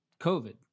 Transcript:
COVID